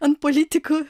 ant politikų